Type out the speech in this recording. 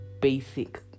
basic